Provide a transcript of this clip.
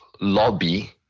lobby